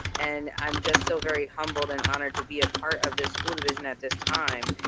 and i'm just so very humbled and honored to be a part of this school division at this time.